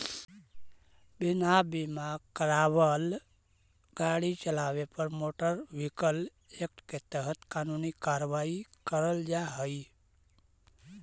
बिना बीमा करावाल गाड़ी चलावे पर मोटर व्हीकल एक्ट के तहत कानूनी कार्रवाई करल जा हई